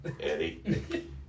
Eddie